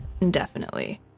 indefinitely